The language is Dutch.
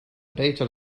beter